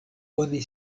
oni